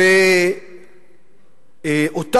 אין יותר